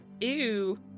Ew